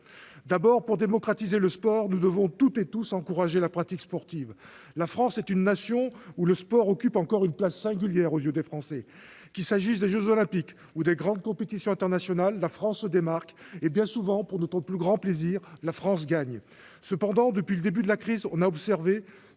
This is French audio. D'abord, pour démocratiser le sport, nous devons toutes et tous encourager la pratique sportive. La France est une nation où le sport occupe encore une place singulière. Qu'il s'agisse des jeux Olympiques ou des grandes compétitions internationales, la France se démarque et, bien souvent, pour notre plus grand plaisir, la France gagne. Cependant, depuis le début de la crise, on observe